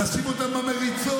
"לשים אותם במריצות",